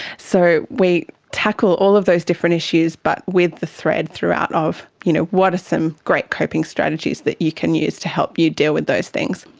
so we tackle all of those different issues, but with the thread throughout of you know what are some great coping strategies that you can use to help you deal with those things.